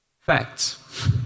facts